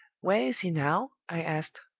where is he now i asked.